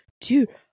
dude